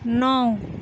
नौ